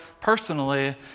personally